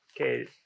Okay